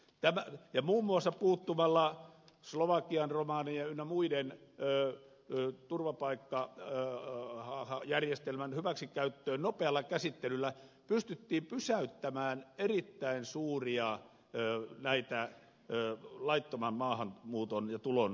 ja muun muassa puuttumalla slovakian romanien ynnä muiden turvapaikkajärjestelmän hyväksikäyttöön nopealla käsittelyllä pystyttiin pysäyttämään erittäin suuria laittoman maahanmuuton ja tulon väyliä